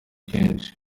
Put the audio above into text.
kenshi